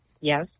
Yes